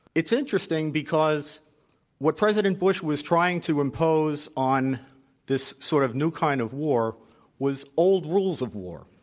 it's interesting, because what president bush was trying to impose on this sort of new kind of war was old rules of war.